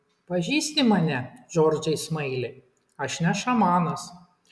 pažįsti mane džordžai smaili aš ne šamanas